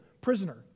prisoner